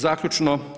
Zaključno.